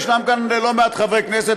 ישנם כאן לא מעט חברי כנסת,